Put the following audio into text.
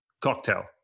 cocktail